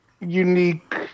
unique